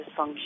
dysfunction